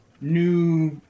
new